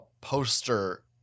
poster